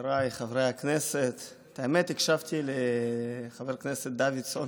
חבריי חברי הכנסת, הקשבתי לחבר הכנסת דוידסון